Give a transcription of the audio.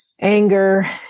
anger